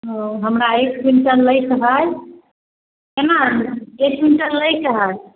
ओ हमरा एक क्विंटल लै के हइ केना एक क्विंटल लै के हइ